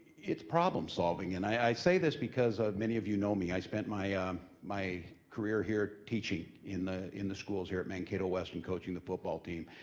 it's problem solving, and i say this because ah many of you know me, i've spent my ah my career here teaching in the in the schools here at mankato west and coaching the football team.